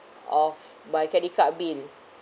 of my credit card bill